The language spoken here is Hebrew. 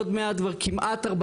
עוד מעט כבר כמעט 40